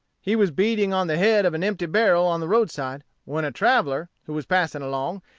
he was beating on the head of an empty barrel on the roadside, when a traveller, who was passing along,